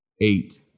Eight